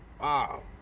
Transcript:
Wow